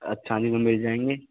अच्छा जी वो मिल जाएंगे